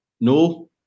No